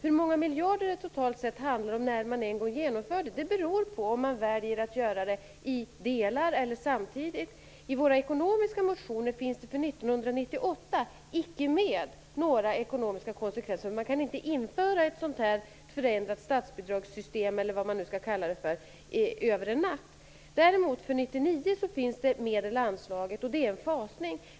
Hur många miljarder det totalt sett handlar om när man en gång genomför det beror på om man väljer att göra det i delar eller samtidigt. I våra ekonomiska motioner för 1998 finns inga ekonomiska konsekvenser av detta med, eftersom man inte kan införa ett sådant förändrat statsbidragssystem, eller vad man kallar det, över en natt. Däremot finns medel anslagna för 1999, och det är en fasning.